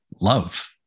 love